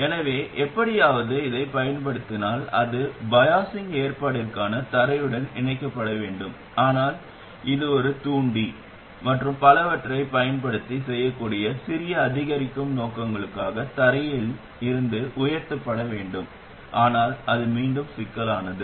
எனவே எப்படியாவது இதைப் பயன்படுத்தினால் அது பயாசிங் ஏற்பாட்டிற்காக தரையுடன் இணைக்கப்பட வேண்டும் ஆனால் இது ஒரு தூண்டி மற்றும் பலவற்றைப் பயன்படுத்தி செய்யக்கூடிய சிறிய அதிகரிக்கும் நோக்கங்களுக்காக தரையில் இருந்து உயர்த்தப்பட வேண்டும் ஆனால் அது மீண்டும் சிக்கலானது